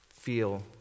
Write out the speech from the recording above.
feel